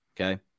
okay